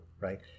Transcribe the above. right